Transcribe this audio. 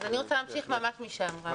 אני רוצה להמשיך ממש משם, אם יורשה לי.